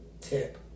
tip